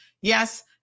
yes